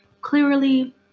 clearly